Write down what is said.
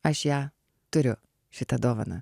aš ją turiu šitą dovaną